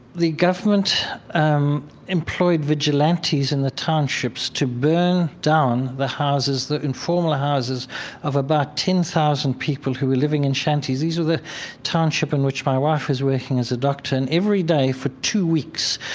the government um employed vigilantes in the townships to burn down houses, the informal houses of about ten thousand people who were living in shanties. these were the townships in which my wife was working as a doctor and every day for two weeks,